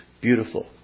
beautiful